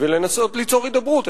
וניסיון ליצור הידברות,